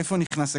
איפה נכנס הכלב?